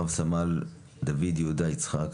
רב סמל דוד יהודה יצחק,